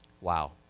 Wow